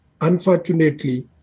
unfortunately